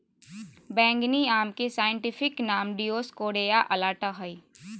बैंगनी आम के साइंटिफिक नाम दिओस्कोरेआ अलाटा हइ